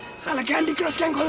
so a candy crush gang.